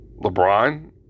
LeBron